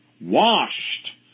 washed